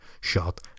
shot